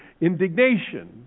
indignation